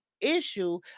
issue